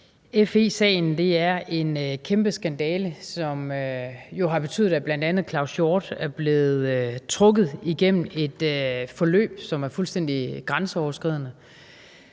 FE-sagen er en kæmpe skandale, som jo har betydet, at bl.a. Claus Hjort Frederiksen er blevet trukket igennem et forløb, som er fuldstændig grænseoverskridende.